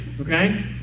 Okay